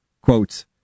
quotes